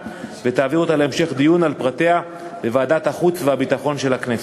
ותעביר אותה להמשך דיון על פרטיה בוועדת החוץ והביטחון של הכנסת.